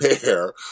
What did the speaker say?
pair